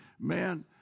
Man